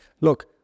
Look